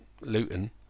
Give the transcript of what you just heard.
Luton